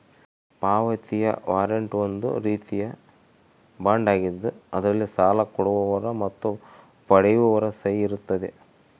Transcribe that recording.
ಪಾವತಿಯ ವಾರಂಟ್ ಒಂದು ರೀತಿಯ ಬಾಂಡ್ ಆಗಿದ್ದು ಅದರಲ್ಲಿ ಸಾಲ ಕೊಡುವವರ ಮತ್ತು ಪಡೆಯುವವರ ಸಹಿ ಇರುತ್ತದೆ